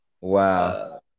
Wow